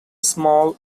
small